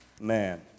man